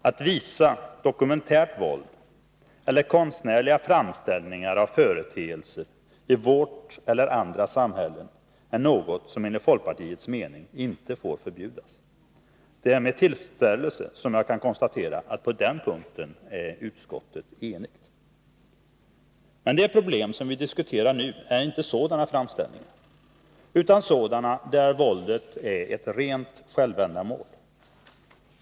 Att visa dokumentärt våld eller konstnärliga framställningar av företeelser i vårt eller andra samhällen är något som enligt folkpartiets mening inte får förbjudas. Det är med tillfredsställelse som jag kan konstatera att utskottet på den punkten är enigt. Men det problem som vi diskuterar nu är inte sådana framställningar, utan framställningar där våldet är ett rent självändamål.